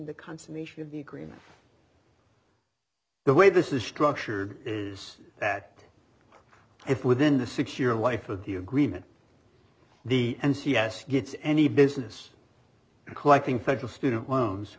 the consummation of the agreement the way this is structured is that if within the six year life of the agreement the and c s gets any business collecting federal student loans